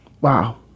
Wow